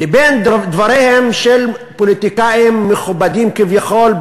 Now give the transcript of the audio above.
לבין דבריהם של פוליטיקאים מכובדים כביכול,